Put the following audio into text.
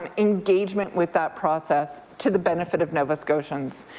um engagement with that process to the benefit of nova scotians.